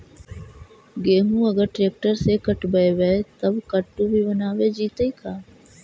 गेहूं अगर ट्रैक्टर से कटबइबै तब कटु भी बनाबे जितै का?